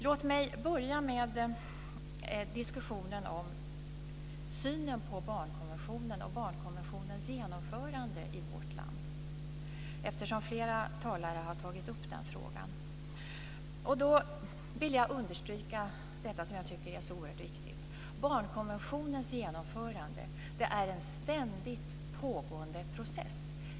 Låt mig börja med diskussionen om synen på barnkonventionen och dess genomförande i vårt land, eftersom flera talare har tagit upp den frågan. Jag vill då understryka något som jag tycker är oerhört viktigt: Barnkonventionens genomförande är en ständigt pågående process.